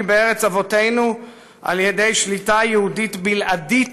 בארץ אבותינו על ידי שליטה יהודית בלעדית